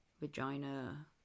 vagina